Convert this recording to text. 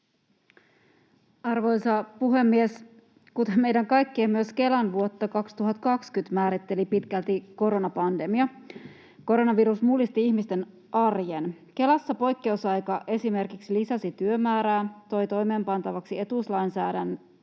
Arvoisa puhemies! Kuten meidän kaikkien, myös Kelan vuotta 2020 määritteli pitkälti koronapandemia — koronavirus mullisti ihmisten arjen. Kelassa poikkeusaika esimerkiksi lisäsi työmäärää, toi toimeenpantavaksi etuuslainsäädännön